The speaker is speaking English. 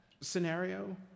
scenario